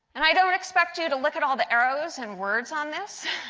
and i don't expect you to look at all the arrows and words on this.